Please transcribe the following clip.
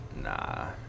nah